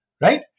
right